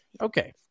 okay